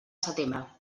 setembre